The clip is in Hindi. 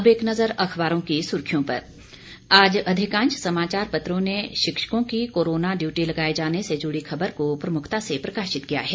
अब एक नजर अखबारों की सुर्खियों पर आज अधिकांश समाचार पत्रों ने शिक्षकों की कोरोना डयूटी लगाए जाने से जुड़ी खबर को प्रमुखता से प्रकाशित किया है